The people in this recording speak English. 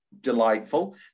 delightful